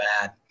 bad